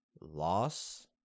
Loss